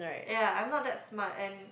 ya I'm not that smart and